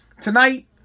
Tonight